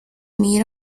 meet